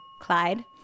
Clyde